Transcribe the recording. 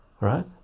right